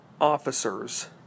officers